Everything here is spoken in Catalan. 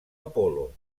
apol·lo